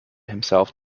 himself